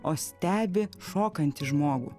o stebi šokantį žmogų